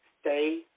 Stay